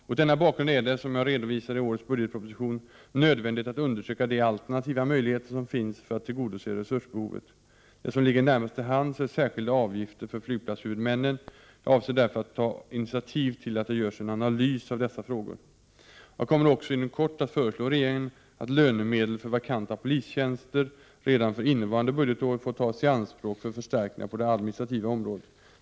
Mot denna bakgrund är det, som jag redovisar i årets budgetproposition, nödvändigt att undersöka de alternativa möjligheter som finns för att tillgodose resursbehovet. Det som ligger närmast till hands är särskilda avgifter från flygplatshuvudmännen. Jag avser därför att ta initiativ till att det görs en analys av dessa frågor. Jag kommer också inom kort att föreslå regeringen att lönemedel för vakanta polistjänster redan för innevarande budgetår får tas i anspråk för förstärkningar på det administrativa området.